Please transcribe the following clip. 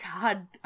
god